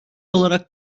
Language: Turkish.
olarak